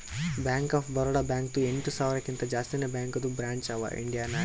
bank of Baroda ಬ್ಯಾಂಕ್ದು ಎಂಟ ಸಾವಿರಕಿಂತಾ ಜಾಸ್ತಿನೇ ಬ್ಯಾಂಕದು ಬ್ರ್ಯಾಂಚ್ ಅವಾ ಇಂಡಿಯಾ ನಾಗ್